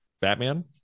Batman